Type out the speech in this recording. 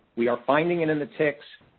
we are finding it in the ticks.